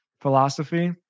philosophy